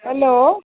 hello